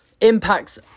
impacts